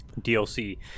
dlc